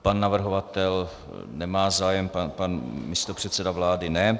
Pan navrhovatel nemá zájem, pan místopředseda vlády ne.